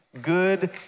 Good